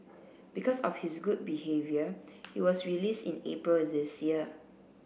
because of his good behaviour he was release in April this year